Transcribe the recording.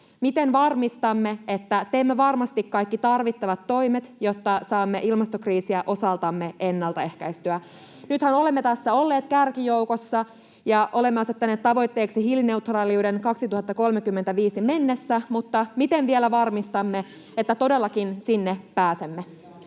miten varmistamme, että teemme varmasti kaikki tarvittavat toimet, jotta saamme ilmastokriisiä osaltamme ennaltaehkäistyä? Nythän olemme tässä olleet kärkijoukossa ja olemme asettaneet tavoitteeksi hiilineutraaliuden 2035 mennessä. [Juha Mäenpää: Ei liity asiaan!] Mutta: miten vielä varmistamme, että todellakin sinne pääsemme?